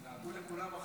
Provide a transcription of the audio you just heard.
החרצופים לעגו לכולם.